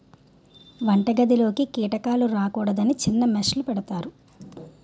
వంటగదిలోకి కీటకాలు రాకూడదని చిన్న మెష్ లు పెడతారు